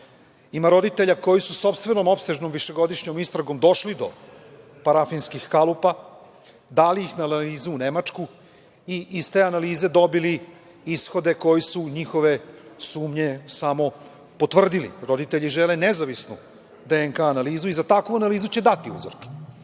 roditelja koji su sopstvenom opsežnom, višegodišnjom istragom došli do parafinskih kalupa, dali ih na analizu u Nemačku i iz te analize dobili ishode koji su njihove sumnje samo potvrdili. Roditelji žele nezavisno DNK analizu i za takvu analizu će dati uzorke,